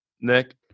Nick